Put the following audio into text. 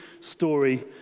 story